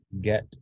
get